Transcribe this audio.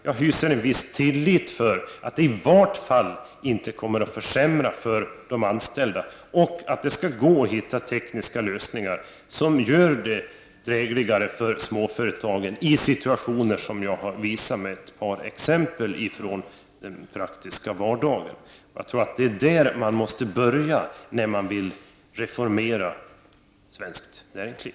Jag hyser en viss tillit till att förslaget i varje fall inte kommer att försämra för de anställda och att det skall gå att hitta tekniska lösningar som gör det drägligare för småföretagen i de situationer i den praktiska vardagen som jag har visat ett par exempel på. Jag tror att det är där man måste börja när man vill reformera svenskt näringsliv.